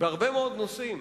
בהרבה מאוד נושאים,